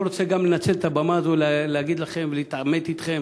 לא רוצה גם לנצל את הבמה הזאת להגיד לכם ולהתעמת אתכם,